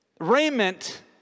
raiment